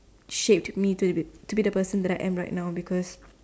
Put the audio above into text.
shaped to be the person that I am right now because